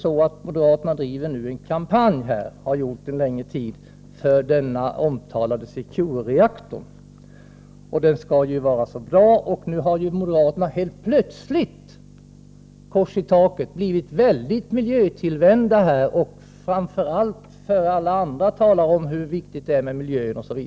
Moderaterna driver nu en kampanj — de har gjort det en längre tid — för den omtalade Secure-reaktorn; den skall vara så bra. Nu har moderaterna helt plötsligt — kors i taket — blivit väldigt miljötillvända, och framför allt talar de om för alla andra hur viktigt det är med miljön.